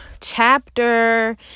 chapter